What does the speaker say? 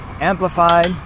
amplified